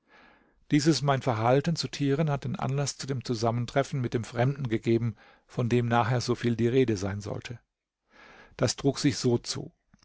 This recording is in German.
dieses mein verhalten zu tieren hat den anlaß zu dem zusammentreffen mit dem fremden gegeben von dem nachher so viel die rede sein sollte das trug sich so zu